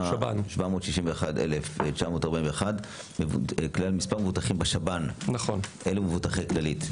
מדובר ב-3,761,941 שקל כלל מספר המבוטחים בשב"ן אלה מבוטחי כללית.